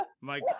Mike